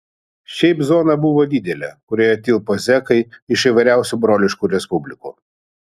šiaip zona buvo didelė kurioje tilpo zekai iš įvairiausių broliškų respublikų